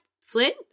Flint